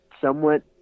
somewhat